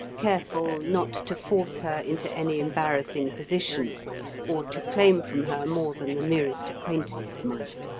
careful not to force her into any embarrassing position or to claim from her more than the merest acquaintance might.